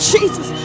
Jesus